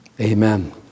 Amen